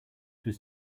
was